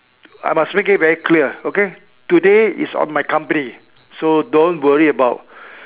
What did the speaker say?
I must make it very clear okay today is on my company so don't worry about